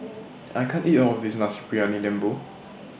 I can't eat All of This Nasi Briyani Lembu